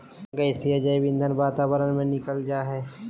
गैसीय जैव ईंधन वातावरण में निकल जा हइ